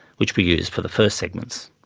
which we used for the first segments.